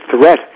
threat